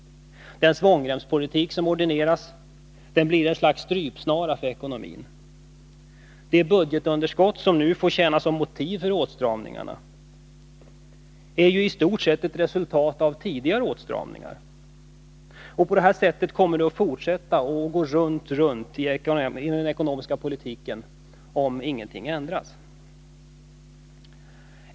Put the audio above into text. Den svångremspolitik som ordineras blir ett slags strypsnara för ekonomin. Det budgetunderskott som nu får tjäna som motiv för åtstramningarna är ju i stort sett ett resultat av tidigare åtstramningar. På det sättet kommer det att fortsätta att gå runt runt i den ekonomiska politiken, om ingenting ändras.